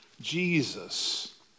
Jesus